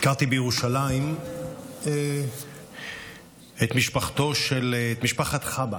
ביקרתי בירושלים את משפחת חבה,